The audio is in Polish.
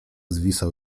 zwisał